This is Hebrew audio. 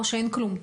או שאין כלום?